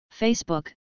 Facebook